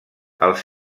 els